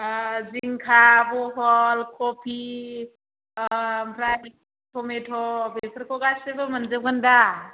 जिंखा बहल कफि ओमफ्राय टमेट' बेफोरखौ गासिबो मोनजोबगोन दा